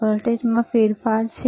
વોલ્ટેજમાં ફેરફાર છે